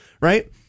Right